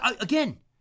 again